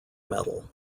metal